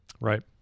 Right